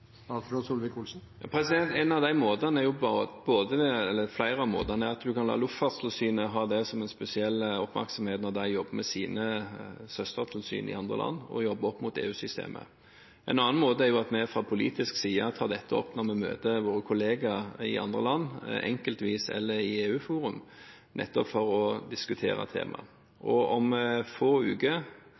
En av de måtene er at man kan la Luftfartstilsynet ha spesielt oppmerksomhet på det når de jobber med sine søstertilsyn i andre land og jobber opp mot EU-systemet. En annen måte er at vi fra politisk side tar dette opp når vi møter våre kolleger i andre land, enkeltvis eller i EU-fora, nettopp for å diskutere temaet. Om få uker